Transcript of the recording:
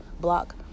block